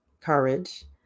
courage